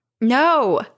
No